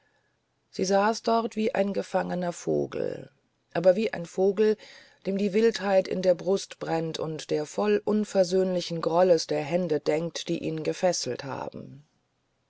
sie saß dort wie ein gefangener vogel aber wie ein vogel dem die wildheit in der brust brennt und der voll unversöhnlichen grolles der hände denkt die ihn gefesselt haben